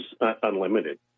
unlimited